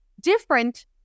different